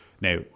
Now